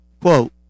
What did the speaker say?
Quote